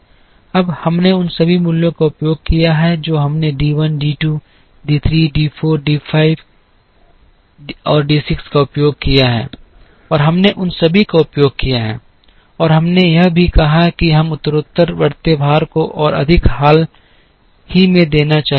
अब हमने उन सभी मूल्यों का उपयोग किया है जो हमने D 1 D 2 D 3 D 4 D 5 और D 6 का उपयोग किया है और हमने उन सभी का उपयोग किया है और हमने यह भी कहा कि हमें उत्तरोत्तर बढ़ते भार को और अधिक हाल ही में देना चाहिए डेटा